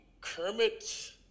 Kermit